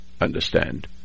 Understand